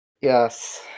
Yes